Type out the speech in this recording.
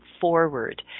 forward